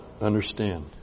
understand